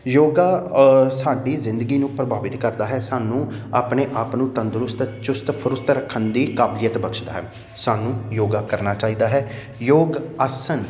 ਯੋਗਾ ਸਾਡੀ ਜ਼ਿੰਦਗੀ ਨੂੰ ਪ੍ਰਭਾਵਿਤ ਕਰਦਾ ਹੈ ਸਾਨੂੰ ਆਪਣੇ ਆਪ ਨੂੰ ਤੰਦਰੁਸਤ ਚੁਸਤ ਫਰੁਸਤ ਰੱਖਣ ਦੀ ਕਾਬਲੀਅਤ ਬਖਸ਼ਦਾ ਹੈ ਸਾਨੂੰ ਯੋਗਾ ਕਰਨਾ ਚਾਹੀਦਾ ਹੈ ਯੋਗ ਆਸਨ